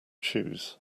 choose